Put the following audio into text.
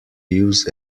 use